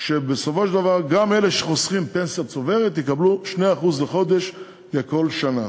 שגם אלה שחוסכים פנסיה צוברת יקבלו 2% לחודש לכל שנה.